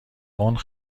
اون